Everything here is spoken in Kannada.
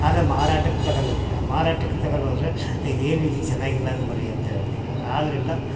ಅದು ಮಾರಾಟಕ್ಕೆ ತಗಂಡೊಯ್ತಾರೆ ಮಾರಾಟಕ್ಕೆ ತಗಂಡೋದರೆ ಇದೇನಿದು ಚೆನ್ನಾಗಿಲ್ಲ ಅದು ಮರಿ ಅಂತ್ಹೇಳ್ತಾರೆ ಆದ್ದರಿಂದ